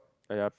uh yeah